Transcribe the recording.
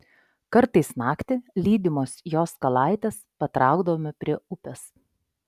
kartais naktį lydimos jos kalaitės patraukdavome prie upės